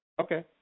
Okay